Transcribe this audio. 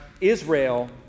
Israel